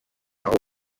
aho